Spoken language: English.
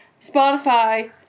Spotify